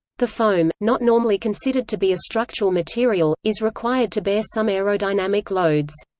the foam, not normally considered to be a structural material, is required to bear some aerodynamic loads.